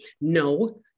no